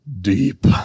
deep